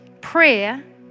Prayer